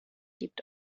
gibt